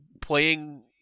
playing